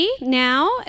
now